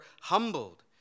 humbled